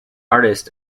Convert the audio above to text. artist